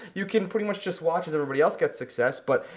you can pretty much just watch as everybody else gets success, but,